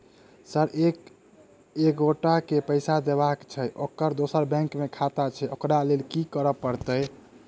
Sir एक एगोटा केँ पैसा देबाक छैय ओकर दोसर बैंक मे खाता छैय ओकरा लैल की करपरतैय?